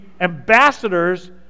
ambassadors